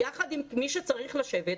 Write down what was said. יחד עם מי שצריך לשבת,